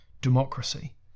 democracy